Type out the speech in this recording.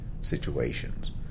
situations